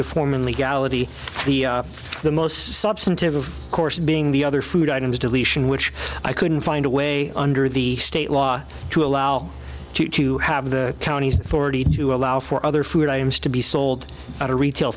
to form an legality the most substantive of course being the other food items deletion which i couldn't find a way under the state law to allow you to have the counties forty two allow for other food items to be sold at a retail